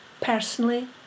Personally